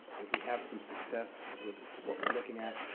if we have some success with what we're looking at